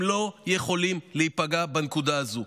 הם לא יכולים להיפגע בנקודה הזאת.